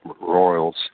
royals